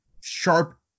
sharp